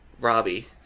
Robbie